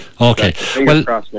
Okay